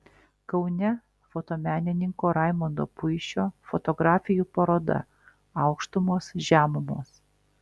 kaune fotomenininko raimondo puišio fotografijų paroda aukštumos žemumos